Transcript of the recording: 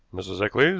mrs. eccles,